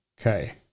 okay